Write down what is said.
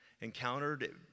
encountered